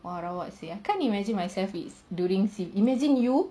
!wah! rabak seh can't imagine myself if during C_B imagine you